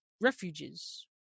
refugees